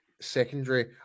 secondary